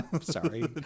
Sorry